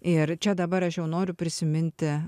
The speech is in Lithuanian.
ir čia dabar aš jau noriu prisiminti